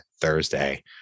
Thursday